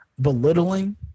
belittling